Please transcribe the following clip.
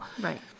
Right